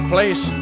Place